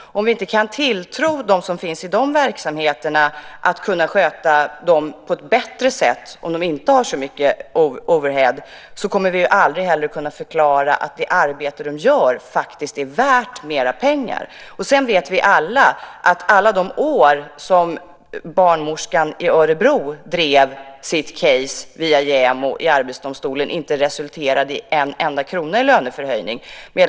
Om vi inte kan tilltro dem som finns i verksamheterna att kunna sköta dem på ett bättre sätt om de inte har så mycket overhead kommer vi aldrig heller att kunna förklara att det arbete de gör faktiskt är värt mer pengar. Sedan vet vi alla att alla de år som barnmorskan i Örebro drev sitt case via JämO i Arbetsdomstolen inte resulterade i enda krona i löneförhöjning.